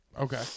Okay